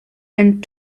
and